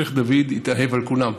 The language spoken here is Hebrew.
איך דוד התאהב על כולם,